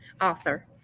author